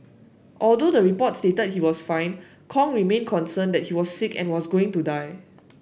although the report stated he was fine Kong remained concerned that he was sick and was going to die